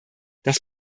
das